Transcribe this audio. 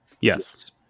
Yes